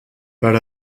per